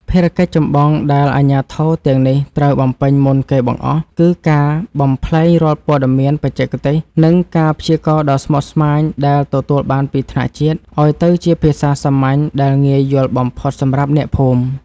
ភារកិច្ចចម្បងដែលអាជ្ញាធរទាំងនេះត្រូវបំពេញមុនគេបង្អស់ គឺការបំប្លែងរាល់ព័ត៌មានបច្ចេកទេស និងការព្យាករណ៍ដ៏ស្មុគស្មាញដែលទទួលបានពីថ្នាក់ជាតិ ឱ្យទៅជាភាសាសាមញ្ញដែលងាយយល់បំផុតសម្រាប់អ្នកភូមិ។